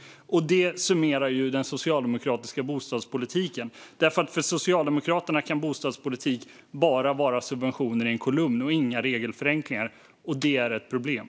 Det summerar den socialdemokratiska bostadspolitiken. För Socialdemokraterna kan bostadspolitik bara vara subventioner i en kolumn och inga regelförenklingar, och det är ett problem.